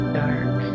dark